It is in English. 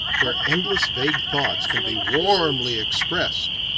where endless vague thoughts can be warmly expressed.